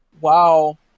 Wow